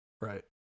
right